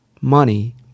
money